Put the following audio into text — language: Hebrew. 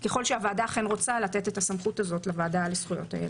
ככל שהוועדה אכן רוצה לתת את הסמכות הזאת לוועדה לזכויות הילד.